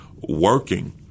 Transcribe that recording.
working